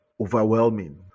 overwhelming